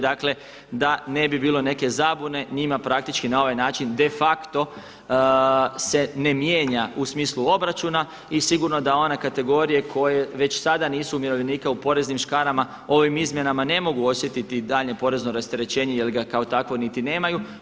Dakle, da ne bi bilo neke zabune njima praktički na ovaj način de facto se ne mijenja u smislu obračuna i sigurno da one kategorije koje već sada nisu umirovljenika u poreznim škarama ovim izmjenama ne mogu osjetiti daljnje porezno rasterećenje jer ga kao takvo niti nemaju.